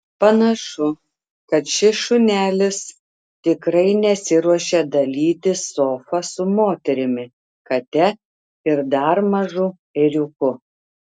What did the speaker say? panašu kad šis šunelis tikrai nesiruošia dalytis sofa su moterimi kate ir dar mažu ėriuku